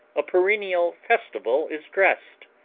a perennial festival is dressed,